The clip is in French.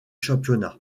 championnat